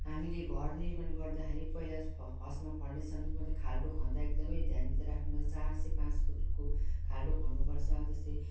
हामीले घर निर्माण गर्दाखेरि पहिला फ फर्स्टमा फाउन्डेसन मतलब खाल्टो खन्दा एकदमै ध्यानभित्र राख्नुपर्छ चार से पाँच फुटको खाल्टो खन्नुपर्छ जस्तै